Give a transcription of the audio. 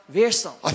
weerstand